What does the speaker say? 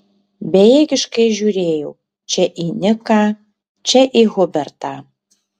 bejėgiškai žiūrėjau čia į niką čia į hubertą